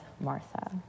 Martha